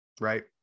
right